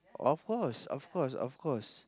of course of course of course